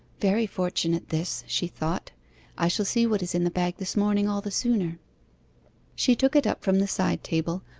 very fortunate this she thought i shall see what is in the bag this morning all the sooner she took it up from the side table,